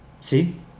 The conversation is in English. See